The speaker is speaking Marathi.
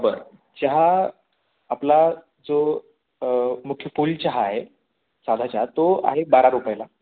बरं चहा आपला जो मुख्य फुल चहा आहे साधा चहा तो आहे बारा रुपयाला